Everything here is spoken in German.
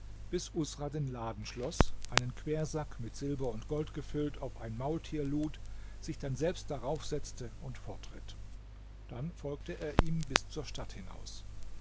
bis usra den laden schloß einen quersack mit silber und gold gefüllt auf ein maultier lud sich dann selbst daraufsetzte und fortritt dann folgte er ihm bis zur stadt hinaus